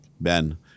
Ben